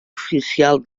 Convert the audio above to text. oficial